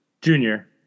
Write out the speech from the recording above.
Junior